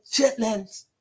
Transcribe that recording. chitlins